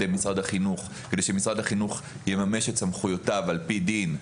משרד החינוך כדי שמשרד החינוך יממש את סמכויותיו על פי דין,